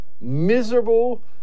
miserable